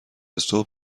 صبح